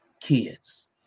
kids